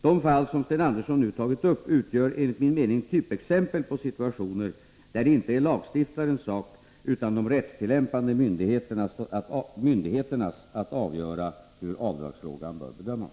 De fall som Sten Andersson nu tagit upp utgör enligt min mening typexempel på situationer, där det inte är lagstiftarens sak utan de rättstillämpande myndigheternas att avgöra hur avdragsfrågan bör bedömas.